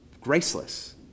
graceless